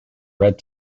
red